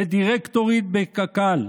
לדירקטורית בקק"ל,